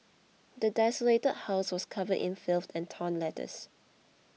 the desolated house was covered in filth and torn letters